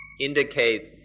indicate